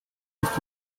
musst